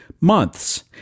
months